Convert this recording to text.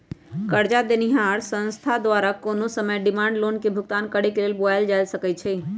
करजा देनिहार संस्था द्वारा कोनो समय डिमांड लोन के भुगतान करेक लेल बोलायल जा सकइ छइ